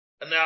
Now